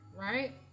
right